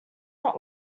not